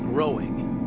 growing.